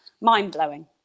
mind-blowing